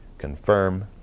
Confirm